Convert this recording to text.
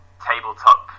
tabletop